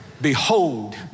Behold